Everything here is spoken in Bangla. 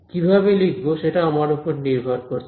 কিভাবে লিখব সেটা আমার উপর নির্ভর করছে